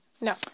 No